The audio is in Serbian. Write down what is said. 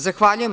Zahvaljujem.